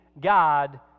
God